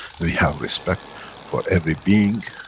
we have respect for every being